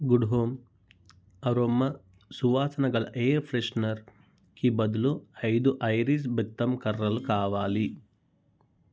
good home aroma సువాసనగల air ఫ్రెషనర్కి బదులు ఐదు ఐరిస్ బెత్తం కర్రలు కావాలి